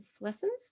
lessons